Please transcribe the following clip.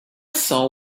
saw